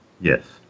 Yes